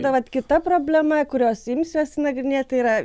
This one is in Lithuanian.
ta vat kita problema kurios imsiuosi nagrinėti tai yra